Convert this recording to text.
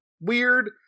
Weird